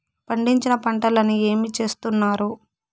పండించిన పంటలని ఏమి చేస్తున్నారు?